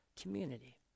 community